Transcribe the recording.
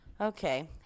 Okay